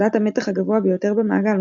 נקודת המתח הגבוה ביותר במעגל,